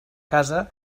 casa